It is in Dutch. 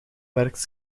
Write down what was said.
werkt